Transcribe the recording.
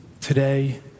today